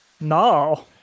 No